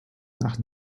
nach